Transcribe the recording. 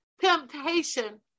temptation